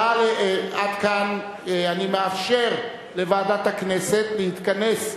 אני מאפשר לוועדת הכנסת להתכנס,